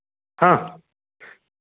हाँ